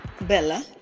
bella